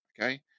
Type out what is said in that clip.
Okay